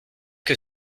que